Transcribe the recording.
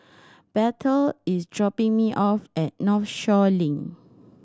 Bethel is dropping me off at Northshore Link